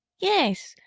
yes,